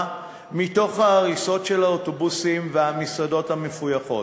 מתוך ההריסות של האוטובוסים והמסעדות המפויחות.